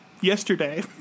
Yesterday